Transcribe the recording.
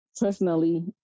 Personally